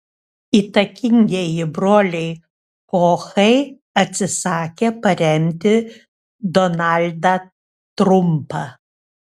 įtakingieji broliai kochai atsisakė paremti donaldą trumpą